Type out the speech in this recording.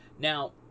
Now